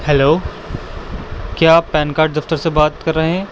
hello کیا آپ PAN card دفتر سے بات کر رہے ہیں